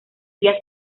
días